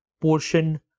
portion